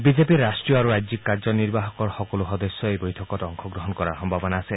বিজেপিৰ ৰাষ্ট্ৰীয় আৰু ৰাজ্যিক কাৰ্যনিৰ্বাহকৰ সকলো সদস্যই এই বৈঠকত অংশগ্ৰহণ কৰাৰ সম্ভাৱনা আছে